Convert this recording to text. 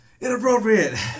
inappropriate